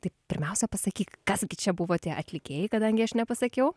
tai pirmiausia pasakyk kas gi čia buvo tie atlikėjai kadangi aš nepasakiau